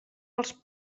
els